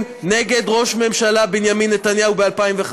נגד ראש הממשלה בנימין נתניהו ב-2015.